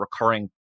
recurring